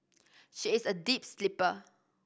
she is a deep sleeper